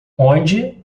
onde